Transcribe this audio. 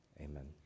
Amen